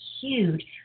huge